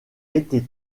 été